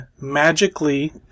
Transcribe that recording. magically